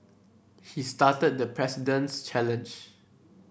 he started the President's challenge